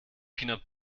peanut